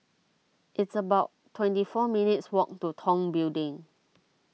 it's about twenty four minutes' walk to Tong Building